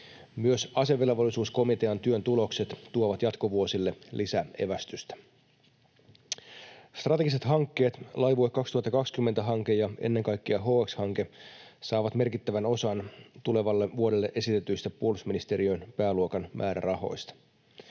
Myös asevelvollisuuskomitean työn tulokset tuovat jatkovuosille lisäevästystä. Strategiset hankkeet, Laivue 2020 ‑hanke ja ennen kaikkea HX-hanke, saavat merkittävän osan tulevalle vuodelle esitetyistä puolustusministeriön pääluokan määrärahoista.